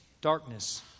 darkness